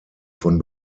von